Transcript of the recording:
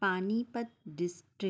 Panipat district